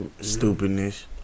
Stupidness